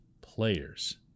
players